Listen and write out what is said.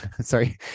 Sorry